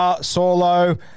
Solo